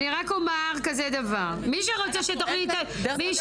אין מאצי'נג.